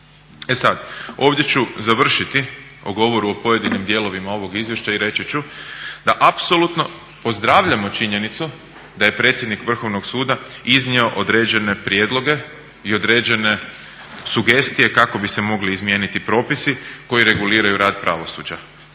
ovdje ću završiti o govoru o pojedinim dijelovima ovog izvješća i reći ću da apsolutno pozdravljamo činjenicu da je predsjednik Vrhovnog suda iznio određene prijedloge i određene sugestije kako bi se mogli izmijeniti propisi koji reguliraju rad pravosuđa.